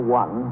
one